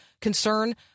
concern